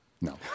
no